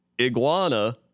iguana